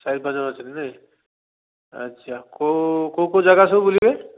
ଚାରି ପାଞ୍ଚ ଜଣ ଅଛନ୍ତି ନାଇଁ ଆଚ୍ଛା କେଉଁ କେଉଁ କେଉଁ ଜାଗା ସବୁ ବୁଲିବେ